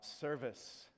service